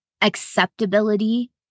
acceptability